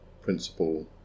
principle